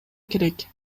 керек